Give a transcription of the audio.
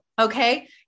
Okay